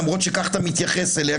למרות שכך אתה מתייחס אליה,